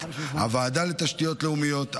הוועדה לתשתיות לאומיות,